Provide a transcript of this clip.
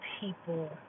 people